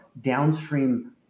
downstream